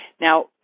Now